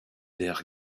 der